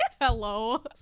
Hello